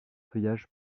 feuillage